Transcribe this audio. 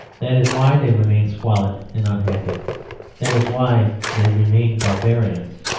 that is why they remain squalid and unhappy that is why they remain barbarians.